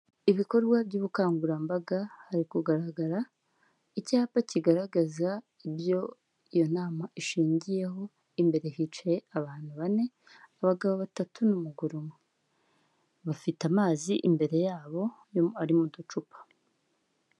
Ibikorwa by'ubukangurambaga, hari kugaragara icyapa kigaragaza ibyo iyo nama ishingiyeho, imbere hicaye abantu bane, abagabo batatu n'umugore umwe, bafite amazi imbere yabo ari mu ducupa.